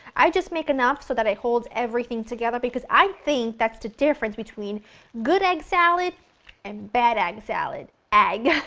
i just make enough so that it holds everything together because i think that's the difference between good egg salad and bad egg salad, egg,